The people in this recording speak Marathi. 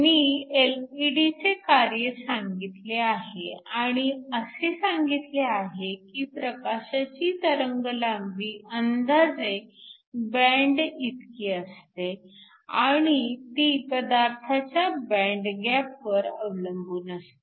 मी एलईडी चे कार्य सांगितले आहे आणि असे सांगितले आहे की प्रकाशाची तरंगलांबी अंदाजे बँड इतकी असते आणि ती पदार्थाच्या बँड गॅप वर अवलंबून असते